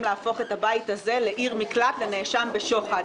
להפוך את הבית הזה לעיר מקלט לנאשם בשוחד,